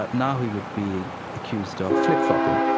but now he would be accused of flip-flopping,